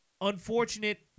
unfortunate